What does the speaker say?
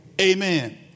Amen